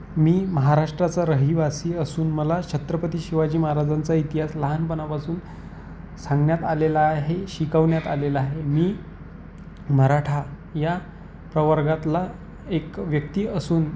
मी महाराष्ट्राचा रहिवासी असून मला छत्रपती शिवाजी महाराजांचा इतिहास लहानपणापासून सांगण्यात आलेला आहे शिकवण्यात आलेला आहे मी मराठा या प्रवर्गातला एक व्यक्ती असून